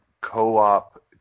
co-op